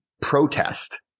protest